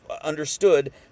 understood